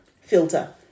filter